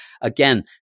again